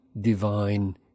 divine